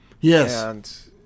Yes